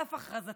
על אף הכרזתה,